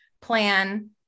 plan